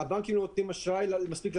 אמרו שהבנקים לא נותנים מספיק אשראי ללקוחות.